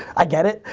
i get it.